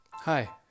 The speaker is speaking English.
Hi